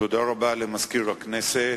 תודה רבה לסגן מזכיר הכנסת.